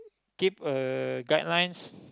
keep a guidelines